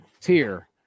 tier